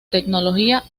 tecnología